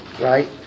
Right